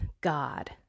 God